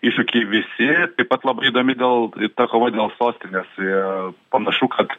iššūkį visi taip pat labai įdomi dėl ta kova dėl sostinės ir panašu kad